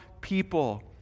people